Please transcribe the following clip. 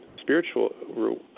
spiritual